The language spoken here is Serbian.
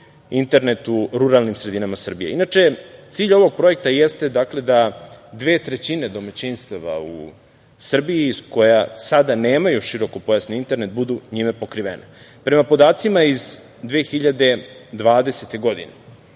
internet u ruralnim sredinama Srbije. Inače, cilj ovog projekta jeste, dakle da dve trećine domaćinstava u Srbiji koja sada nemaju širokopojasni internet, budu njime pokrivene. Prema podacima iz 2020. godine,